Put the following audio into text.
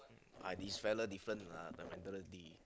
uh this fellow different lah the mentality